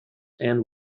and